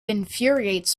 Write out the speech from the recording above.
infuriates